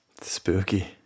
spooky